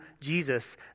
Jesus